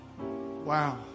Wow